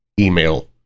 email